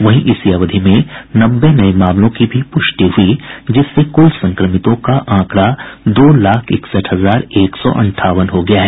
वहीं इसी अवधि में नब्बे नये मामलों की भी पुष्टि हुई जिससे कुल संक्रमितों का आंकड़ा दो लाख इकसठ हजार एक सौ अंठावन हो गया है